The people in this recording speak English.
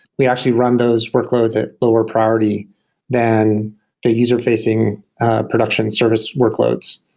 we actually run those workloads at lower priority than the user-facing production service workloads,